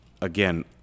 again